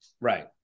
Right